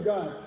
God